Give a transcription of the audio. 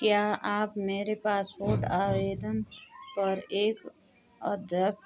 क्या आप मेरे पासपोर्ट आवेदन पर एक अद्य